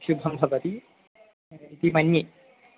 शुभं भवति इति मन्ये